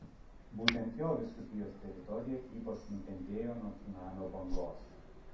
būtent jo vyskupijos teritorija ypač nukentėjo nuo cunamio bangos